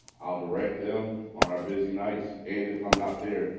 i'll direct them on our busy nights. and if i'm not there,